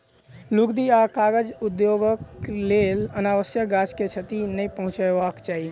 लुगदी आ कागज उद्योगक लेल अनावश्यक गाछ के क्षति नै पहुँचयबाक चाही